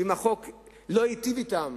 אם החוק לא היטיב אתם,